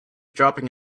dropping